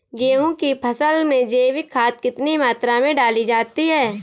गेहूँ की फसल में जैविक खाद कितनी मात्रा में डाली जाती है?